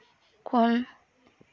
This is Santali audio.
ᱠᱷᱚᱱ